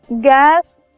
gas